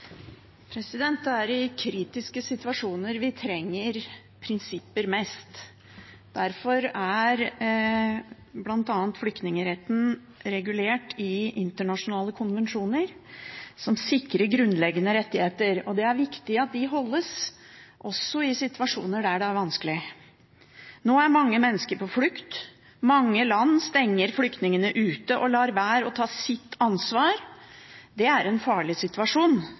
flyktningretten regulert i internasjonale konvensjoner som sikrer grunnleggende rettigheter. Det er viktig at de følges også i situasjoner der det er vanskelig. Nå er mange mennesker på flukt, mange land stenger flyktningene ute og lar være å ta sitt ansvar. Det er en farlig situasjon,